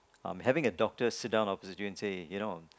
I'm having a doctor sit down opposite you and say you know